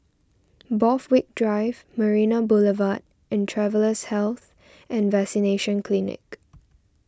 Borthwick Drive Marina Boulevard and Travellers' Health and Vaccination Clinic